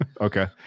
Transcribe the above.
Okay